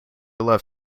love